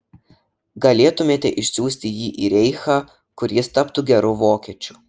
galėtumėte išsiųsti jį į reichą kur jis taptų geru vokiečiu